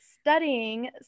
studying